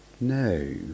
No